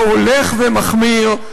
שהולך ומחמיר,